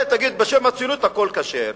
תעלה, תגיד: בשם הציונות הכול כשר.